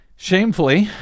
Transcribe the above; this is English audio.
Shamefully